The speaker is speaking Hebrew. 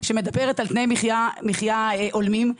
התקנים האלה אוישו כי קופות החולים ידעו לשלם שכר ראוי והוגן,